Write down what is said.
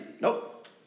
Nope